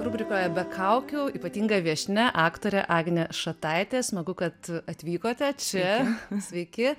rubrikoje be kaukių ypatinga viešnia aktorė agnė šataitė smagu kad atvykote čia sveiki